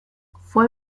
fue